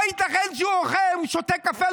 לא ייתכן שהוא שותה קפה,